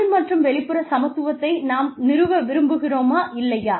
உள் மற்றும் வெளிப்புற சமத்துவத்தை நாம் நிறுவ விரும்புகிறோமா இல்லையா